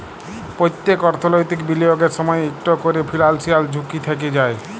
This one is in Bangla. প্যত্তেক অর্থলৈতিক বিলিয়গের সময়ই ইকট ক্যরে ফিলান্সিয়াল ঝুঁকি থ্যাকে যায়